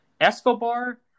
Escobar